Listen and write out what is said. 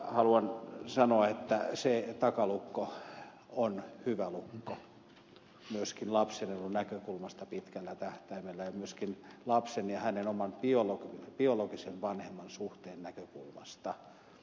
haluan sanoa että se takalukko on hyvä lukko myöskin lapsen edun näkökulmasta pitkällä tähtäimellä ja myöskin lapsen ja hänen oman biologisen vanhemman suhteen näkökulmasta